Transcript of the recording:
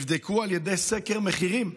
כך נאמר לי, נבדקו על ידי סקר מחירים.